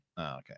okay